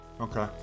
okay